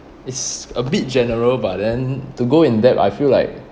it's a bit general but then to go in depth I feel like